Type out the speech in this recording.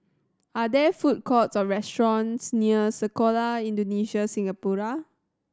are there food courts or restaurants near Sekolah Indonesia Singapura